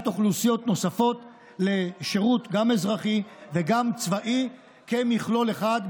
אוכלוסיות נוספות לשירות אזרחי וגם צבאי כמכלול אחד.